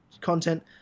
content